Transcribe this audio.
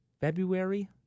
February